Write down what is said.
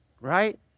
right